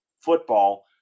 football